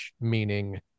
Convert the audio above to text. Meaning